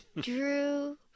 Drew